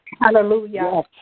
Hallelujah